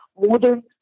modern